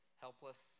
helpless